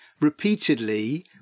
repeatedly –